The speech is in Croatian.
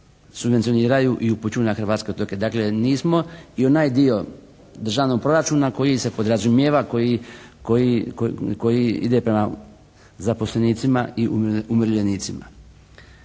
subvencioniraju i upućuju na hrvatske otoke. Dakle nismo i onaj dio Državnog proračuna koji se podrazumijeva, koji ide prema zaposlenicima i umirovljenicima.